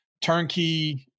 turnkey